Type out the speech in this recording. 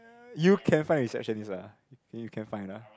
you can find receptionist lah you can find lah